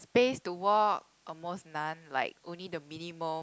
space to walk almost none like only the minimum